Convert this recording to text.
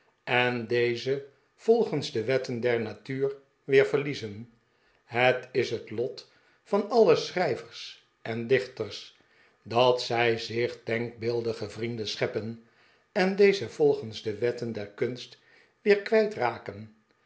en deze r volgens de wetten der natuur weer verliezen het is het lot van alle schrijvers en dichters dat zij zich denkbeeldige vrienden scheppen en deze volgens de wetten der kunst weer